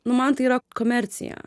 nu man tai yra komercija